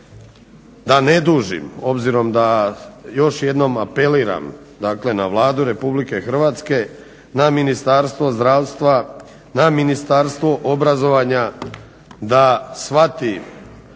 da ne dužim obzirom da još jednom apeliram na Vladu RH na Ministarstvo zdravstva, na Ministarstvo obrazovanja da shvati